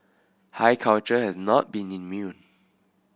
high culture has not been immune